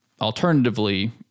Alternatively